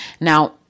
Now